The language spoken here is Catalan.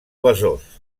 besòs